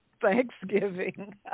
Thanksgiving